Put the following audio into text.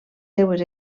seues